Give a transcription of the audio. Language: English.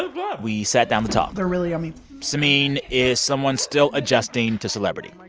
ah we sat down to talk they're really yummy samin is someone still adjusting to celebrity.